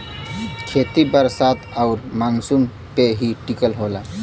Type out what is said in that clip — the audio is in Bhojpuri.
खेती बरसात आउर मानसून पे ही टिकल होला